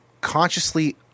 consciously